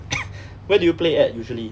where do you play at usually